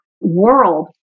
world